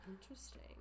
Interesting